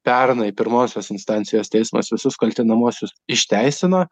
pernai pirmosios instancijos teismas visus kaltinamuosius išteisino